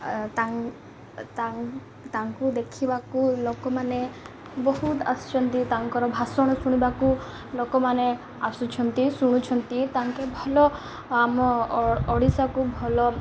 ତା ତାଙ୍କୁ ଦେଖିବାକୁ ଲୋକମାନେ ବହୁତ ଆସୁଛନ୍ତି ତାଙ୍କର ଭାଷଣ ଶୁଣିବାକୁ ଲୋକମାନେ ଆସୁଛନ୍ତି ଶୁଣୁଛନ୍ତି ତାଙ୍କେ ଭଲ ଆମ ଓଡ଼ିଶାକୁ ଭଲ